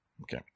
Okay